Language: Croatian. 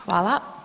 Hvala.